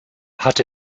hat